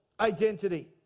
Identity